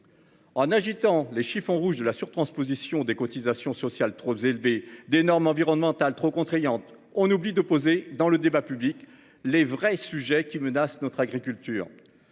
En agitant le chiffon rouge de la surtransposition des cotisations sociales trop élevées, des normes environnementales trop contraignante. On oublie d'opposer dans le débat public. Les vrais sujets qui menacent notre agriculture